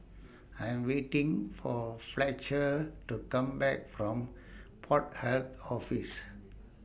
I Am waiting For Fletcher to Come Back from Port Health Office